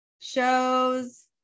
shows